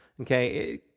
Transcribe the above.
Okay